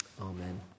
Amen